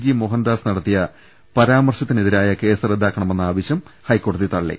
G Mohandas നടത്തിയ പരാമർശത്തിനെതിരായ കേസ് റദ്ദാ ക്കണമെന്നുആവശ്യം ഹൈക്കോടതി തള്ളി